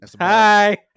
Hi